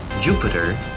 Jupiter